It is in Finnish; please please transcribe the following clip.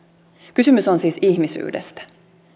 kysymys on siis ihmisyydestä